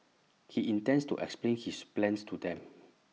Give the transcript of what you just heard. he intends to explain his plans to them